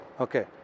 Okay